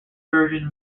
surgeon